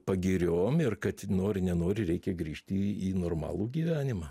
pagiriom ir kad nori nenori reikia grįžti į normalų gyvenimą